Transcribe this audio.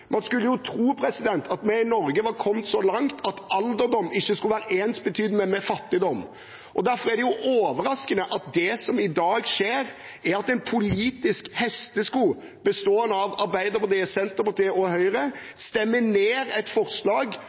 Man skulle jo tro at vi i Norge var kommet så langt at alderdom ikke skulle være ensbetydende med fattigdom. Derfor er det overraskende at det som i dag skjer, er at en politisk hestesko bestående av Arbeiderpartiet, Senterpartiet og Høyre stemmer ned et forslag